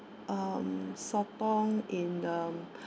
um sotong in the